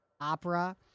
opera